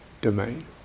domain